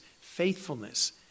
faithfulness